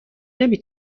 نمی